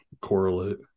correlate